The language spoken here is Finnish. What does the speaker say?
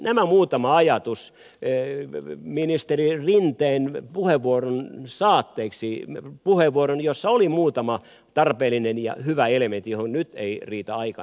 nämä muutamat ajatukset ministeri rinteen puheenvuoron saatteeksi puheenvuoron jossa oli muutama tarpeellinen ja hyvä elementti joihin nyt ei riitä aika enemmän kajota